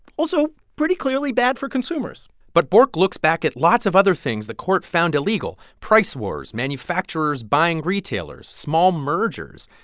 also pretty clearly bad for consumers but bork looks back at lots of other things the court found illegal price wars, manufacturers buying retailers, small mergers.